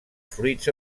fruits